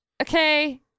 okay